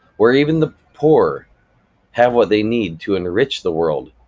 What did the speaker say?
where even the poor have what they need to enrich the world,